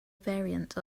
variant